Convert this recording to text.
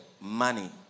money